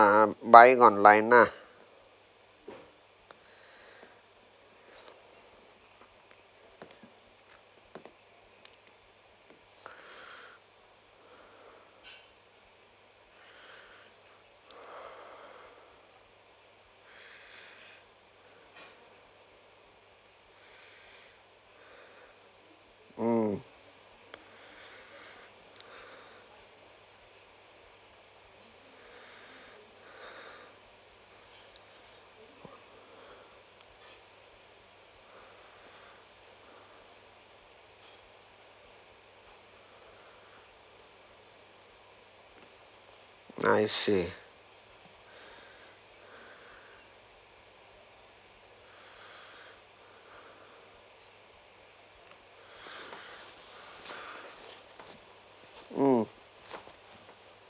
buying online ah mm I see mm